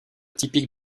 typique